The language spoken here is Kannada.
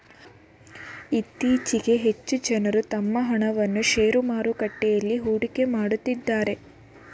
ಇತ್ತೀಚೆಗೆ ಹೆಚ್ಚು ಜನರು ತಮ್ಮ ಹಣವನ್ನು ಶೇರು ಮಾರುಕಟ್ಟೆಯಲ್ಲಿ ಹೂಡಿಕೆ ಮಾಡುತ್ತಿದ್ದಾರೆ